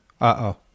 Uh-oh